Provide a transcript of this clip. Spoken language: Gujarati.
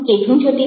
કેટલું જટિલ